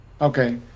okay